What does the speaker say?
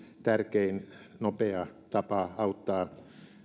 tärkein nopea tapa auttaa